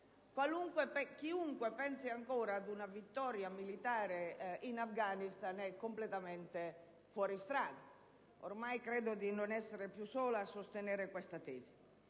chiunque pensi ancora ad una vittoria militare in Afghanistan sia completamente fuori strada; ormai credo di non essere più sola a sostenere questa tesi.